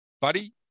Buddy